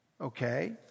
Okay